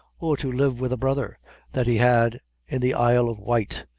or to live with a brother that he had in the isle of white,